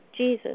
Jesus